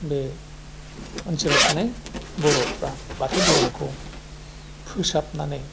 बे ओनसोलाव थानाय बर'फ्रा बाथौ धोरोमखौ फोसाबनानै